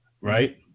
right